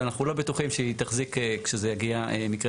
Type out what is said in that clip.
אבל אנחנו לא בטוחים שהיא תחזיק כשזה יגיע מקרה